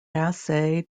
assay